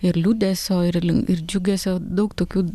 ir liūdesio ir lin ir džiugesio daug tokių